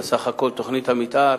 בסך הכול תוכנית המיתאר